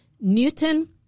Newton